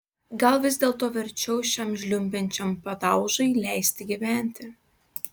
gal vis dėlto verčiau šiam žliumbiančiam padaužai leisti gyventi